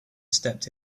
stepped